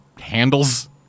handles